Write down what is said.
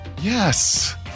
Yes